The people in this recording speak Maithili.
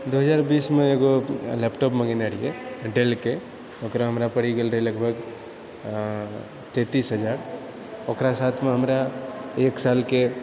दो हजार बीसमे एगो लैपटॉप मँगेने रहिए डेलके ओकरा हमरा पड़ि गेलै लगभग तेँतिस हजार ओकरा साथमे हमरा एक सालके